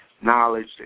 knowledge